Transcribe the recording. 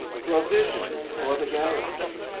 provisions for the garrison.